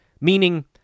meaning